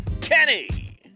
Kenny